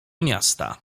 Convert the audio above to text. miasta